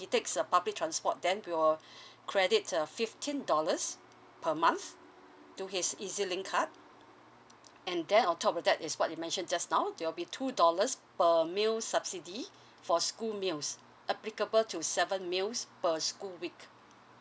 takes a public transport then we will credit a fifteen dollars per month to his easy link card and then on top of that is what you mention just now there will be two dollars per meal subsidy for school meals applicable to seven meals per school week